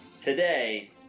today